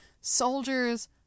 Soldiers